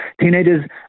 teenagers